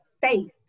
faith